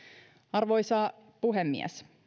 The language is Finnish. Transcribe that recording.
arvoisa puhemies